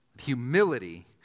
humility